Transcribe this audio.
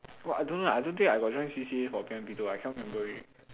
what I don't know ah I don't think I got join C_C_A for primary one primary two I can't remember already